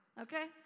okay